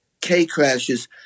K-crashes